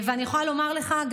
אני יכול לומר גם לך,